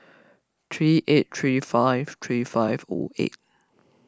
three eight three five three five zero eight